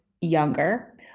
younger